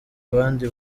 abandi